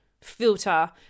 filter